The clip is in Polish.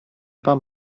pan